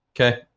Okay